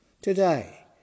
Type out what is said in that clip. Today